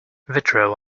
vitriol